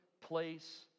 place